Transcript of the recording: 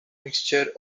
mixture